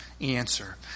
answer